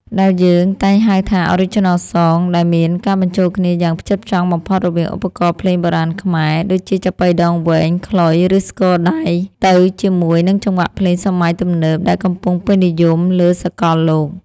ដែលយើងតែងហៅថា Original Songs ដោយមានការបញ្ចូលគ្នាយ៉ាងផ្ចិតផ្ចង់បំផុតរវាងឧបករណ៍ភ្លេងបុរាណខ្មែរ ដូចជាចាប៉ីដងវែង ខ្លុយ ឬស្គរដៃ ទៅជាមួយនឹងចង្វាក់ភ្លេងសម័យទំនើបដែលកំពុងពេញនិយមលើសកលលោក។